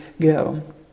go